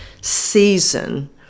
season